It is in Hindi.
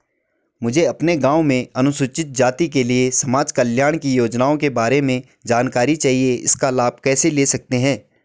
मुझे अपने गाँव में अनुसूचित जाति के लिए समाज कल्याण की योजनाओं के बारे में जानकारी चाहिए इसका लाभ कैसे ले सकते हैं?